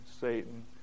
Satan